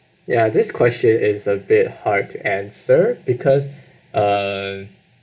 ya this question is a bit hard to answer because err